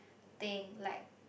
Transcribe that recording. thing like